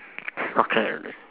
soccer